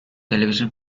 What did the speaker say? television